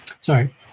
sorry